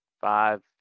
five